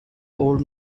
old